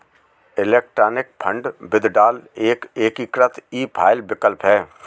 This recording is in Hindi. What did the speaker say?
इलेक्ट्रॉनिक फ़ंड विदड्रॉल एक एकीकृत ई फ़ाइल विकल्प है